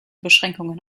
beschränkungen